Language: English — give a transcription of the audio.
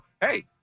hey